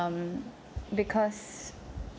um because